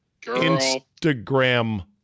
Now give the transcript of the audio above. Instagram